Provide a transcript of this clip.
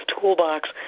toolbox